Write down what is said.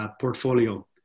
portfolio